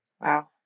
Wow